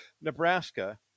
Nebraska